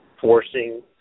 forcing